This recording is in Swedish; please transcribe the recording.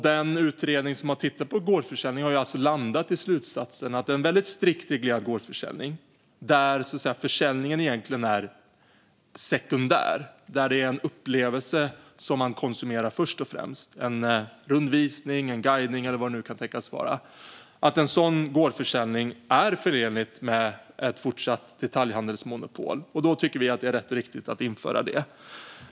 Den utredning som har tittat på gårdsförsäljning har landat i slutsatsen att en strikt reglerad gårdsförsäljning där försäljningen är sekundär och där man först och främst konsumerar en upplevelse - en rundvisning, en guidning eller vad det kan tänkas vara - är förenlig med ett fortsatt detaljhandelsmonopol. Då tycker vi att det rätt och riktigt att införa det.